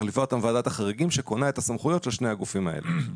מחליפה אותם ועדת החריגים שקונה את הסמכויות של שני הגופים האלה.